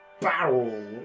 Barrel